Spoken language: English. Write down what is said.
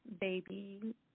Baby